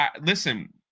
listen